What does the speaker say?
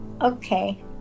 Okay